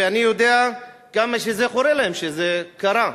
ואני יודע כמה זה חורה להם שזה קרה.